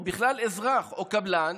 או בכלל אזרח או קבלן,